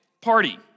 party